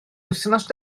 wythnos